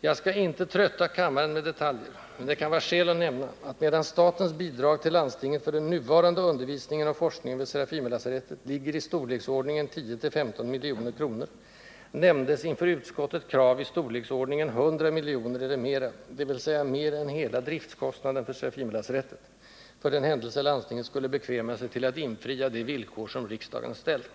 Jag skall inte trötta kammaren med detaljer, men det kan vara skäl att nämna, att medan statens bidrag till landstinget för den nuvarande undervisningen och forskningen vid Serafimerlasarettet ligger i storleksordningen 10-15 milj.kr., nämndes inför utskottet krav i storleksordningen 100 miljoner eller mera — dvs. mer än hela driftkostnaden för Serafimerlasarettet — för den händelse landstinget skulle bekväma sig till att infria de villkor som riksdagen ställt.